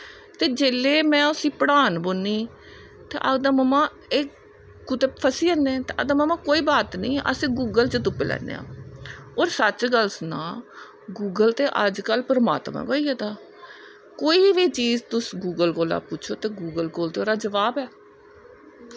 ते में जिसलै उसी पढ़ान बौह्नीं तां कुतै फसी जन्नी तां आखदा मम्मा कोई गल्ल नी गुगल च तुप्पी लैन्नेआं और सच गै उस ना गुगल ते अज्ज कल परमात्मा बनी गेदा कोई बी चीज़ तुस गुगल कोला दा पुच्छो ते गूगल कोल ओह्दा जबाब ऐ